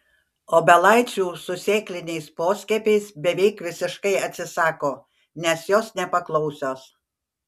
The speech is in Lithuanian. obelaičių su sėkliniais poskiepiais beveik visiškai atsisako nes jos nepaklausios